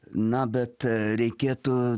na bet reikėtų